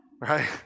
right